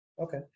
Okay